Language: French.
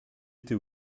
été